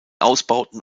ausbauten